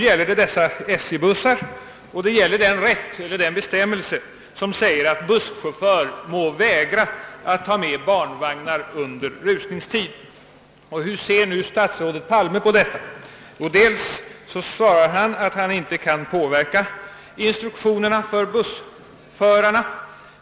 Vad frågan nu gäller är alltså den bestämmelse som säger att förare av SJ:s bussar må vägra att ta med barnvagnar under rusningstid. Hur ser statsrådet Palme på detta? Jo, han svarar att han inte kan påverka instruktionerna för bussförarna.